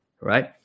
right